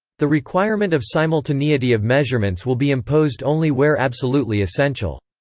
the requirement of simultaneity of measurements will be imposed only where absolutely essential.